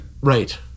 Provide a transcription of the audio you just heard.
Right